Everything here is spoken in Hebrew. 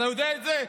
אתה יודע את זה?